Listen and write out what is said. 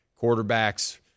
quarterbacks